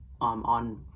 on